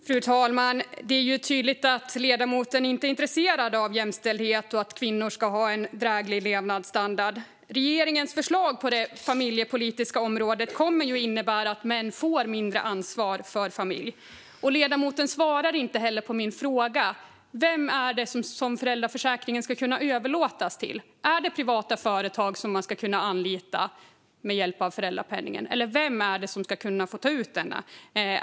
Fru talman! Det är tydligt att ledamoten inte är intresserad av jämställdhet och att kvinnor ska ha en dräglig levnadsstandard. Regeringens förslag på det familjepolitiska området kommer att innebära att män får mindre ansvar för familj. Ledamoten svarar inte heller på min fråga: Vem är det som föräldraförsäkringen ska kunna överlåtas till? Är det privata företag som man ska kunna anlita med hjälp av föräldrapenningen, eller vem är det som ska kunna ta ut den?